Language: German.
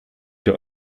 der